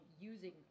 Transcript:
using